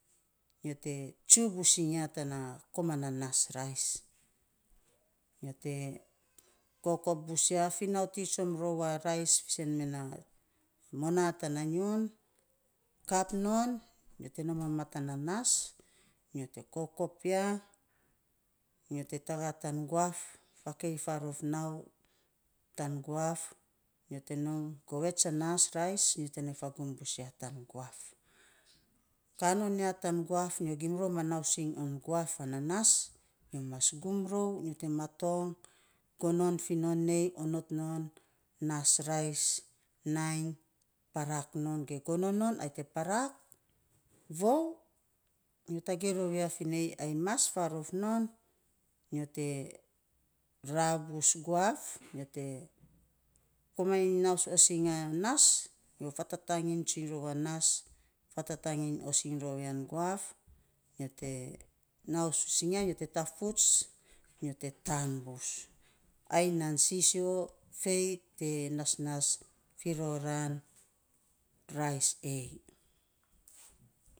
Nyo te tsu bus iny ya koman na nas rais. Nyo te kokop bus ya, finauti tsom rou a rais fiisen mee na monaa tana nyiun. Kap non nyo kokop ya nyo te tagaa tan guaf. Faakei faarof nau tan guaf, nyo te nom, govets a nas rais, nyo te nai fagum bus ya tan guaf. Kaa non ya tan guaf, nyo gima nausing on guaf ana nas, nyol mas gum rou, nyol te matong gonon finon ei onot non, nas rais nai parak non, ge gonon ai te parak, vou nyo tagei rou ya finei ai maas faarof non, nyo rav bus guaf nyo te komainy naus osing a nas, nyo fatataging tsuikny rou a nas, fatataging osing rou yan guaf, nyo te naus osing ya, nyo te tafuts, nyo te taan bus, ai nan sisio fei te nasnas fi roran rais ei.